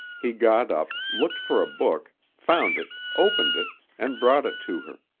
he got up, looked for a book, found it, opened it, and brought it to her.